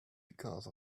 because